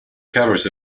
covers